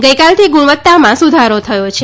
ગઇકાલથી ગુણવત્તામાં સુધારો થયો છે